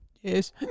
Yes